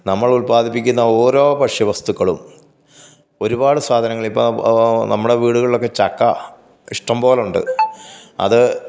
നമ്മളുൾ ഉല്പാദിപ്പിക്കുന്ന ഓരോ ഭക്ഷ്യ വസ്തുക്കളും ഒരുപാട് സാധനങ്ങളിപ്പോൾ നമ്മുടെ വീടുകളിലൊക്കെ ചക്ക ഇഷ്ടം പോലെയുണ്ട് അത്